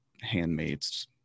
handmaid's